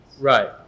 Right